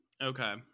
okay